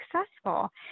successful